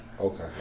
Okay